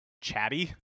chatty